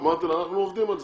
אמרתי לה, אנחנו עובדים על זה,